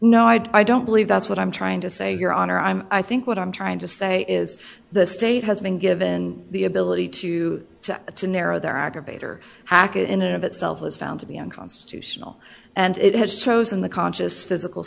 no i don't believe that's what i'm trying to say your honor i'm i think what i'm trying to say is the state has been given the ability to to narrow their aggravator hacket in and of itself was found to be unconstitutional and it has chosen the conscious physical